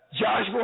Joshua